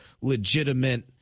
legitimate